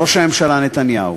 ראש הממשלה נתניהו.